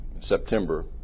September